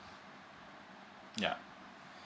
ya